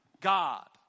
God